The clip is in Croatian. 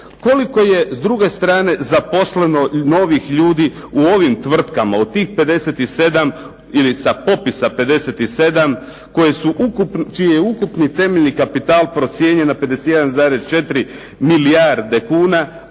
Koliko je s druge strane zaposleno novih ljudi u ovim tvrtkama, od tih 57 ili sa popisa 57 čiji je ukupni temeljni kapital procijenjen na 51,4 milijarde kuna,